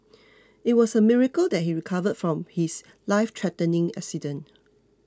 it was a miracle that he recovered from his lifethreatening accident